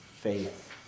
faith